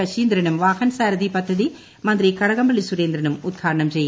ശശീന്ദ്രനും വാഹൻസാരഥി പദ്ധതി മന്ത്രി കടകംപള്ളി സുരേന്ദ്രനും ഉദ്ഘാടനം ചെയ്യും